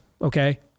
okay